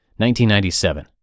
1997